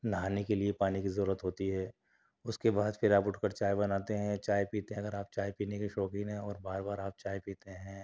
نہانے کے لئے پانی کی ضرورت ہوتی ہے اس کے بعد پھر آپ اٹھ کر چائے بناتے ہیں چائے پیتے ہیں اگر آپ چائے پینے کے شوقین ہیں اور بار بار آپ چائے پیتے ہیں